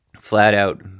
flat-out